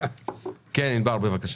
ענבר, בבקשה.